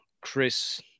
Chris